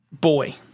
boy